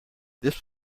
this